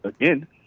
again